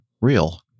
real